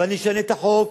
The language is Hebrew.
ואני אשנה את החוק,